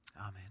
Amen